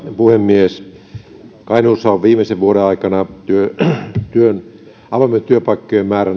puhemies kainuussa on viimeisen vuoden aikana avoimien työpaikkojen määrä